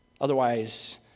Otherwise